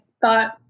thought